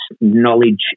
knowledge